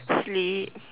sleep